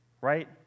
right